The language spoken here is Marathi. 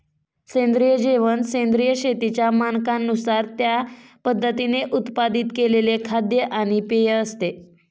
सेंद्रिय जेवण सेंद्रिय शेतीच्या मानकांनुसार त्या पद्धतीने उत्पादित केलेले खाद्य आणि पेय असते